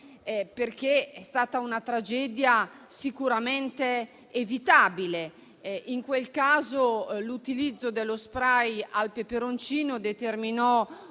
perché è stata una tragedia sicuramente evitabile. In quel caso, l'utilizzo dello spray al peperoncino in